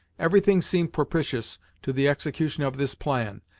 everything seemed propitious to the execution of this plan,